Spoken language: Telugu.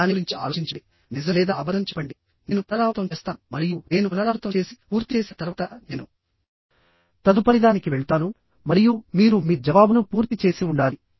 దాని గురించి ఆలోచించండి నిజం లేదా అబద్ధం చెప్పండి నేను పునరావృతం చేస్తాను మరియు నేను పునరావృతం చేసి పూర్తి చేసిన తర్వాతనేను తదుపరిదానికి వెళ్తాను మరియు మీరు మీ జవాబును పూర్తి చేసి ఉండాలి